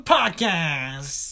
Podcast